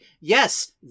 yes